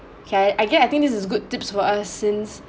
okay I get I think this is good tips for us since